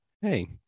hey